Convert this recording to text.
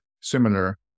similar